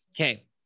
Okay